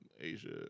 Asia